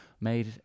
made